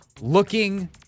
looking